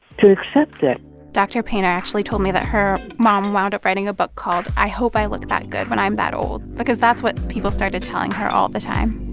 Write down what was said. to accept it dr. painter actually told me that her mom wound up writing a book called i hope i look that good when i'm that old because that's what people started telling her all the time